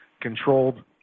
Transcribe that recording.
controlled